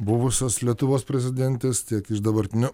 buvusios lietuvos prezidentės tiek iš dabartinio